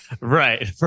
Right